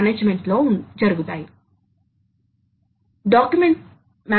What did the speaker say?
కాబట్టి ఇటువంటి డ్రైవ్ లు తక్కువ వ్యవధి లో అధిక ఓవర్ లోడ్ టార్క్ లను అందించగలగాలి